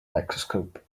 microscope